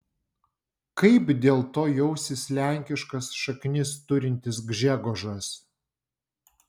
kaip dėl to jausis lenkiškas šaknis turintis gžegožas